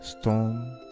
storm